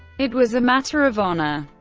it was a matter of honor.